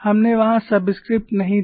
हमने वहां सबस्क्रिप्ट नहीं दिया